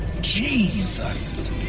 Jesus